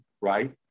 right